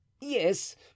yes